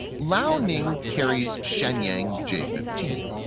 liaoning carries shenyang j fifteen.